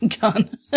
gun